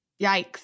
Yikes